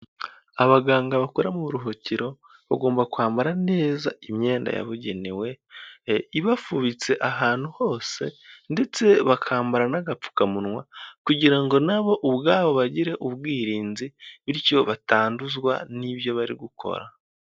Abaganga bakora mu buruhukiro bagomba kwambara neza imyenda yabugenewe ibafubitse ahantu hose, ndetse bakambara n'agapfukamunwa kugira ngo na bo ubwabo bagire ubwirinzi bityo batanduzwa n'ibyo bari gukora.